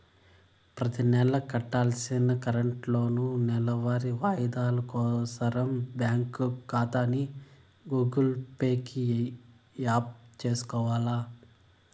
ప్రతినెలా కట్టాల్సిన కార్లోనూ, నెలవారీ వాయిదాలు కోసరం బ్యాంకు కాతాని గూగుల్ పే కి యాప్ సేసుకొవాల